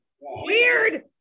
Weird